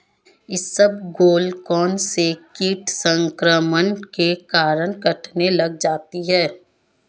इसबगोल कौनसे कीट संक्रमण के कारण कटने लग जाती है?